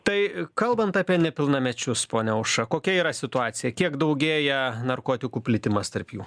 tai kalbant apie nepilnamečius ponia aušra kokia yra situacija kiek daugėja narkotikų plitimas tarp jų